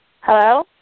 Hello